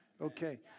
Okay